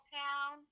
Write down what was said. town